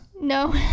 no